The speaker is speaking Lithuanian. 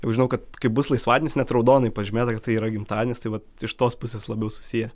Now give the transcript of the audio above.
jau žinau kad kai bus laisvadienis net raudonai pažymėta kad tai yra gimtadienis tai vat iš tos pusės labiau susiję